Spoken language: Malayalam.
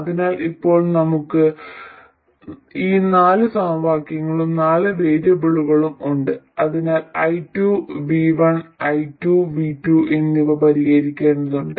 അതിനാൽ ഇപ്പോൾ നമുക്ക് ഈ നാല് സമവാക്യങ്ങളും നാല് വേരിയബിളുകളും ഉണ്ട് അതിനാൽ i1 V1 i2 V2 എന്നിവ പരിഹരിക്കേണ്ടതുണ്ട്